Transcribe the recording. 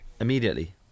immediately